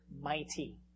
mighty